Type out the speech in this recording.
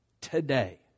today